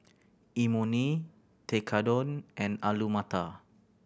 Imoni Tekkadon and Alu Matar